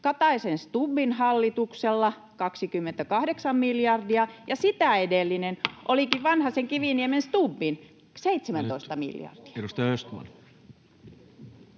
Kataisen—Stubbin hallituksella, 28 miljardia, ja sitä edellinen olikin Vanhasen—Kiviniemen—Stubbin 17 miljardia. Ja nyt edustaja Östman.